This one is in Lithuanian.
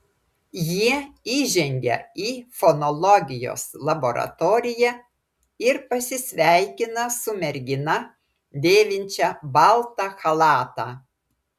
jie įžengia į fonologijos laboratoriją ir pasisveikina su mergina dėvinčia baltą chalatą